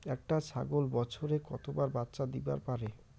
একটা ছাগল বছরে কতবার বাচ্চা দিবার পারে?